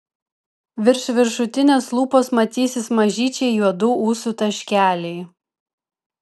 virš viršutinės lūpos matysis mažyčiai juodų ūsų taškeliai